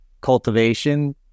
cultivation